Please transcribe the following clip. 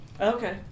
Okay